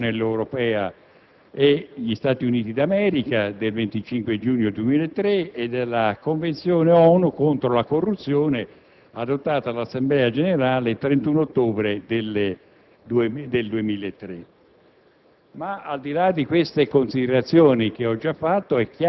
all'Accordo sulla mutua assistenza giudiziaria tra l'Unione Europea e gli Stati Uniti d'America del 25 giugno 2003 e alla Convenzione delle Nazioni Unite contro la corruzione adottata dall'Assemblea generale il 31 ottobre 2003.